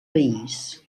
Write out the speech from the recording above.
país